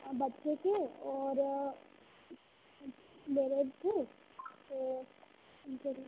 बच्चों के और मेरे थे और कुछ जरूरी